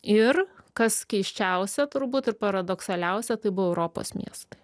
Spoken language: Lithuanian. ir kas keisčiausia turbūt ir paradoksaliausia tai buvo europos miestai